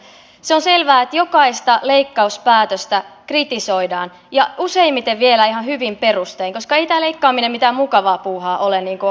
se on selvää että jokaista leikkauspäätöstä kritisoidaan ja useimmiten vielä ihan hyvin perustein koska ei tämä leikkaaminen mitään mukavaa puuhaa ole niin kuin on huomattu